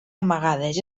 amagades